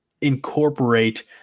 incorporate